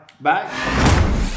Bye